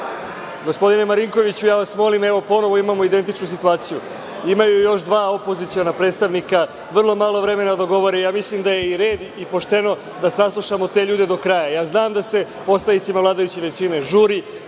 gospodine Marinkoviću, ja vas molim, evo, ponovo imamo identičnu situaciju. Imaju još dva opoziciona predstavnika vrlo malo vremena da govore i ja mislim da je i red i pošteno da saslušamo te ljude do kraja. Ja znam da se poslanicima vladajuće većine žuri,